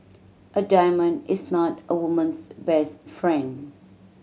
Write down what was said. a diamond is not a woman's best friend